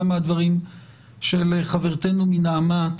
גם מהדברים של חברתנו מנעמ"ת